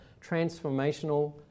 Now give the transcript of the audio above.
transformational